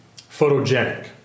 Photogenic